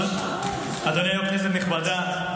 כנסת נכבדה,